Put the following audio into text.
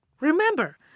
Remember